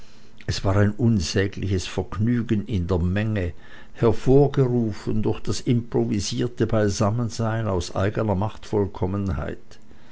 es war ein unsägliches vergnügen in der menge hervorgerufen durch das improvisierte beisammensein aus eigener